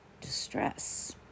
distress